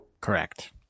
Correct